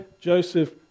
Joseph